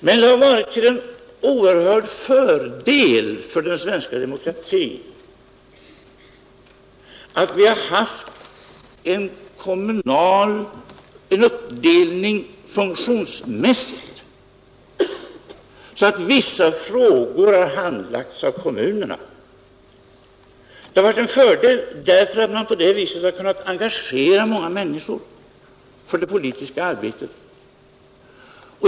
Men det har varit till en oerhörd fördel för den svenska demokratin att vi har haft en funktionsmässig uppdelning så att vissa frågor handlagts av kommunerna. Det har varit en fördel genom att man på det sättet kunnat engagera många människor i det politiska arbetet.